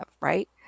right